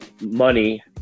money